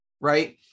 right